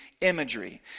imagery